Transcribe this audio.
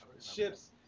ships